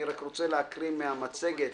אני רוצה לקרוא מן המצגת